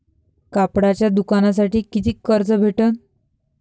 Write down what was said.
कापडाच्या दुकानासाठी कितीक कर्ज भेटन?